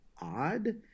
odd